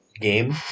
game